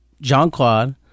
Jean-Claude